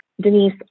Denise